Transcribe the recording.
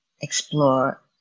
explore